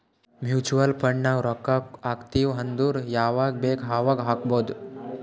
mutual fund ನಾಗ್ ರೊಕ್ಕಾ ಹಾಕ್ತಿವ್ ಅಂದುರ್ ಯವಾಗ್ ಬೇಕ್ ಅವಾಗ್ ಹಾಕ್ಬೊದ್